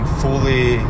fully